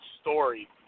story